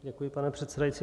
Děkuji, pane předsedající.